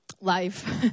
life